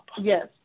Yes